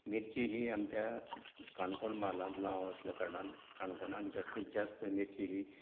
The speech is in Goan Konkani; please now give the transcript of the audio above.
मिर्ची ही आमच्या काणकोण म्हालांत लाव आसल्या कारणान काणकोणान जास्तींत जास्त मिर्ची ही